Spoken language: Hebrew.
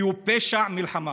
כי הוא פשע מלחמה.